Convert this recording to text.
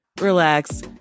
relax